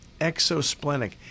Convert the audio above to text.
exosplenic